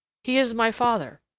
he is my father.